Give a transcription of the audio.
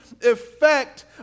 effect